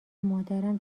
مادرم